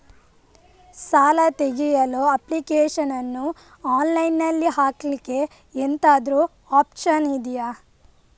ಸಾಲ ತೆಗಿಯಲು ಅಪ್ಲಿಕೇಶನ್ ಅನ್ನು ಆನ್ಲೈನ್ ಅಲ್ಲಿ ಹಾಕ್ಲಿಕ್ಕೆ ಎಂತಾದ್ರೂ ಒಪ್ಶನ್ ಇದ್ಯಾ?